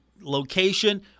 location